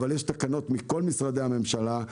אבל יש תקנות מכל משרדי הממשלה,